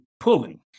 Pulling